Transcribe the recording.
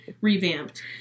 revamped